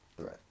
threat